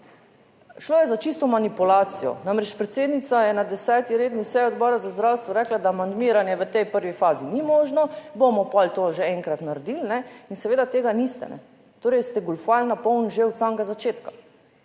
Šlo je za čisto manipulacijo, namreč predsednica je na 10. redni seji Odbora za zdravstvo rekla, da amandmiranje v tej prvi fazi ni možno, bomo pa to že enkrat naredili in seveda tega niste. Torej ste goljufali na polno že od samega začetka